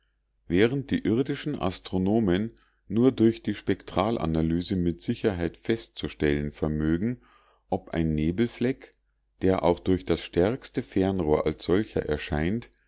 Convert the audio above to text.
während die irdischen astronomen nur durch die spektralanalyse mit sicherheit festzustellen vermögen ob ein nebelfleck der auch durch das stärkste fernrohr als solcher erscheint